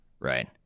right